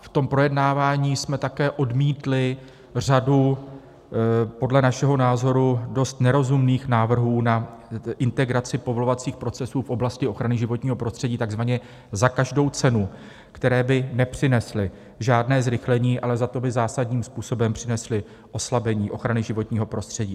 V tom projednávání jsme také odmítli řadu podle našeho názoru dost nerozumných návrhů na integraci povolovacích procesů v oblasti ochrany životního prostředí takzvaně za každou cenu, které by nepřinesly žádné zrychlení, ale zato by zásadním způsobem přinesly oslabení ochrany životního prostředí.